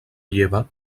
lleva